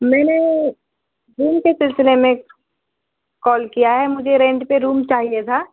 میں نے روم کے سلسل میں کال کیا ہے مجھے رینٹ پہ روم چاہیے تھا